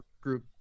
group